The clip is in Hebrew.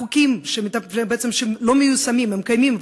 החוקים קיימים,